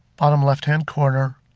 bottom left-hand corner.